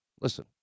Listen